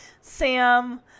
Sam